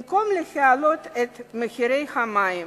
במקום להעלות את מחירי המים,